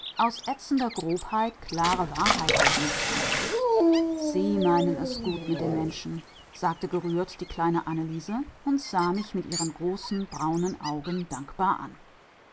aus ätzender grobheit klare wahrheit werden lassen sie meinen es gut mit den menschen sagte gerührt die kleine anneliese und sah mich mit ihren großen braunen augen dankbar an